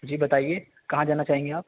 جی بتائیے کہاں جانا چاہیں گے آپ